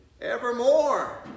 Evermore